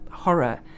horror